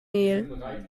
mehl